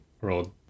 rolled